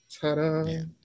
Ta-da